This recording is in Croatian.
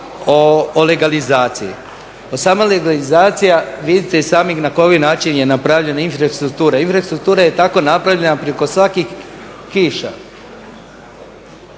o legalizaciji, sama legalizacija, vidite i sami na koji način je napravljena infrastruktura, infrastruktura je tako napravljena preko svakih kiša